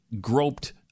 groped